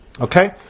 Okay